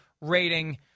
rating